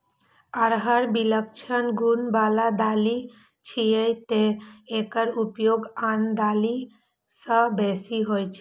अरहर विलक्षण गुण बला दालि छियै, तें एकर उपयोग आन दालि सं बेसी होइ छै